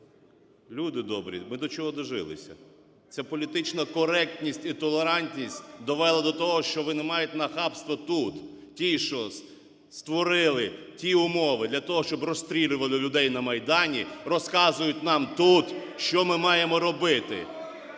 Люди добрі, ми до чого дожилися? Це політична коректність і толерантність довела до того, що вони мають нахабство тут, ті, що створили ті умови для того, щоб розстрілювали людей на Майдані, розказують нам тут, що ми маємо робити!